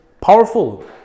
powerful